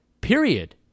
Period